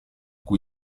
cui